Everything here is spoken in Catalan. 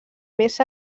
més